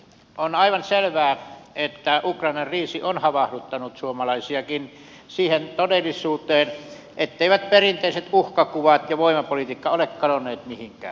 on aivan selvää että ukrainan kriisi on havahduttanut suomalaisiakin siihen todellisuuteen etteivät perinteiset uhkakuvat ja voimapolitiikka ole kadonneet mihinkään